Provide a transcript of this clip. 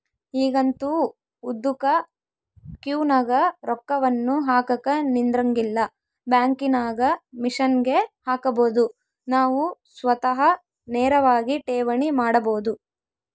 ಈಗಂತೂ ಉದ್ದುಕ ಕ್ಯೂನಗ ರೊಕ್ಕವನ್ನು ಹಾಕಕ ನಿಂದ್ರಂಗಿಲ್ಲ, ಬ್ಯಾಂಕಿನಾಗ ಮಿಷನ್ಗೆ ಹಾಕಬೊದು ನಾವು ಸ್ವತಃ ನೇರವಾಗಿ ಠೇವಣಿ ಮಾಡಬೊದು